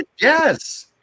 yes